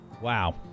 Wow